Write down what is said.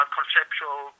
conceptual